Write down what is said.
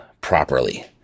properly